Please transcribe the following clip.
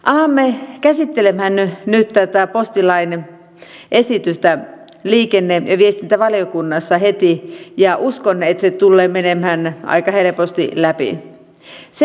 alamme käsittelemään nyt tätä postilain esitystä liikenne ja viestintävaliokunnassa heti ja uskon että se tulee menemään aika helposti läpi